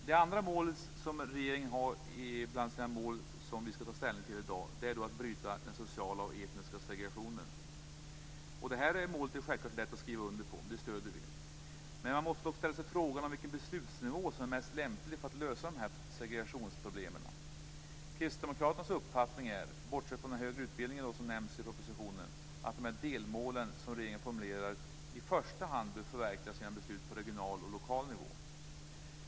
Det andra mål som regeringen har bland de mål som vi skall ta ställning till i dag är att bryta den sociala och etniska segregationen. Det här målet är självklart lätt att skriva under på, och vi stöder det. Men man måste också ställa sig frågan vilken beslutsnivå som är mest lämplig för att lösa segregationsproblemen. Kristdemokraternas uppfattning är - bortsett från den högre utbildningen, som nämns i propositionen - att de delmål som regeringen formulerar i första hand bör förverkligas genom beslut på regional och lokal nivå.